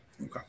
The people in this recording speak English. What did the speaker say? Okay